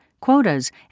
quotas